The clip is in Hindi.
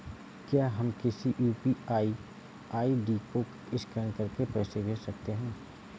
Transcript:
क्या हम किसी यू.पी.आई आई.डी को स्कैन करके पैसे भेज सकते हैं?